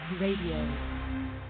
radio